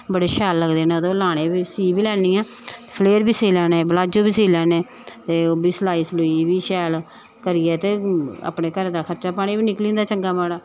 बड़े शैल लगदे न ते ओह् लाने बी सी बी लैन्नी आं फ्लेयर बी सी लैन्ने प्लाजो बी सी लैन्ने ते ओह् बी सलाई सलुई बी शैल करियै ते अपने घरै दा खर्चा पानी बी निकली जंदा चंगा माड़ा